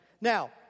Now